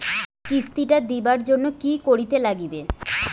কিস্তি টা দিবার জন্যে কি করির লাগিবে?